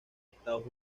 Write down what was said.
estados